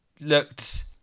looked